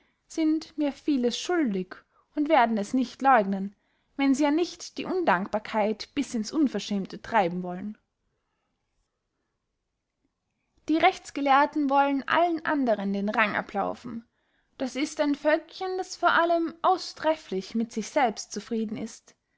sind mir vieles schuldig und werden es nicht leugnen wenn sie ja nicht die undankbarkeit bis ins unverschämte treiben wollen die rechtsgelehrten wollen allen andern den rang ablaufen das ist ein völkchen das vor allem austreflich mit sich selbst zufrieden ist